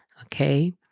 okay